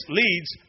leads